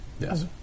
Yes